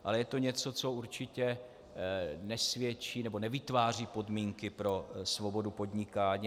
Ale je to něco, co určitě nesvědčí nebo nevytváří podmínky pro svobodu podnikání.